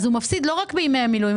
אז הוא מפסיד לא רק בימי המילואים,